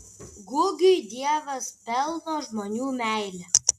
gugiui dievas pelno žmonių meilę